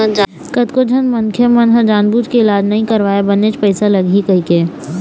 कतको झन मनखे मन ह जानबूझ के इलाज नइ करवाय बनेच पइसा लगही कहिके